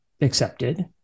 Accepted